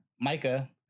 Micah